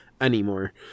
anymore